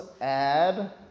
add